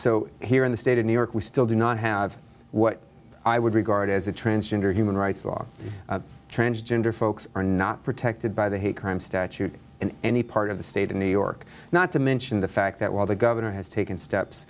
so here in the state of new york we still do not have what i would regard as a transgender human rights law transgender folks are not protected by the hate crime statute in any part of the state of new york not to mention the fact that while the governor has taken steps